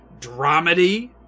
dramedy